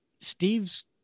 Steve's